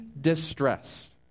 distressed